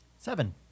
Seven